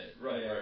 Right